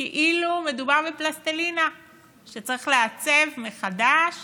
כאילו מדובר בפלסטלינה שצריך לעצב מחדש